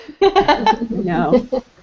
No